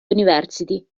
university